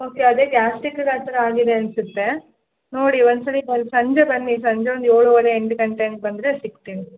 okay ಅದೇ ಗ್ಯಾಸ್ಟಿಕ್ಕಿಗೆ ಆ ಥರ ಆಗಿದೆ ಅನ್ಸತ್ತೆ ನೋಡಿ ಒನ್ಸಲಿ ಬಂದು ಸಂಜೆ ಬನ್ನಿ ಸಂಜೆ ಒಂದು ಏಳುವರೆ ಎಂಟು ಗಂಟೆ ಹಂಗೆ ಬಂದ್ರೆ ಸಿಕ್ತಿನಿ